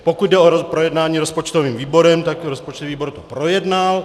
Pokud jde o projednání rozpočtovým výborem, tak rozpočtový výbor to projednal.